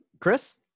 Chris